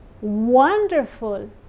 wonderful